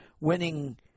winning